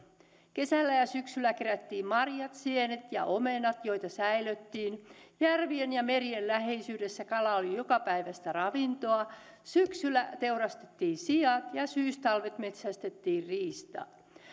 kesällä ja syksyllä kerättiin marjat sienet ja omenat joita säilöttiin järvien ja merien läheisyydessä kala oli jokapäiväistä ravintoa syksyllä teurastettiin siat ja syystalvet metsästettiin riistaa